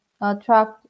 attract